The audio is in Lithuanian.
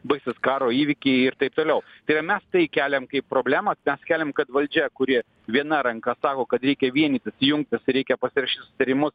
baigsis karo įvykiai ir taip toliau tai yra mes tai keliam kaip problemą mes keliam kad valdžia kuri viena ranka sako kad reikia vienytis jungtis reikia pasirašyt susitarimus